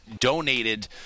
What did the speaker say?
donated